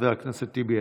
חבר הכנסת טיבי,